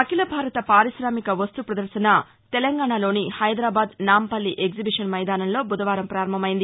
అఖిల భారత పారిశామిక వస్తు పదర్శన తెలంగాణా లోని హైదరాబాద్ నాంపల్లి ఎగ్జిబిషన్ మైదానంలో బుధవారం పారంభమైంది